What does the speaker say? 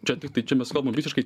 čia tiktai čia mes kalbam visiškai